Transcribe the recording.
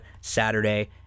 Saturday